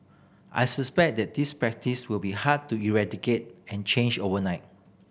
I suspect that this practice will be hard to eradicate and change overnight